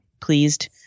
pleased